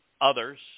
others